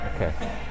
Okay